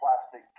plastic